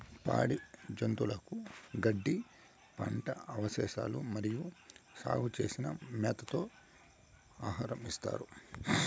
పాడి జంతువులకు గడ్డి, పంట అవశేషాలు మరియు సాగు చేసిన మేతతో ఆహారం ఇస్తారు